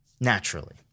naturally